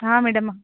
ಹಾಂ ಮೇಡಮ್